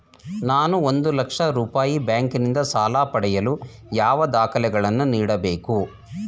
ನಾನು ಒಂದು ಲಕ್ಷ ರೂಪಾಯಿ ಬ್ಯಾಂಕಿನಿಂದ ಸಾಲ ಪಡೆಯಲು ಯಾವ ದಾಖಲೆಗಳನ್ನು ನೀಡಬೇಕು?